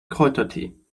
kräutertee